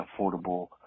affordable